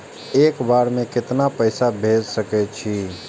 एक बार में केतना पैसा भेज सके छी?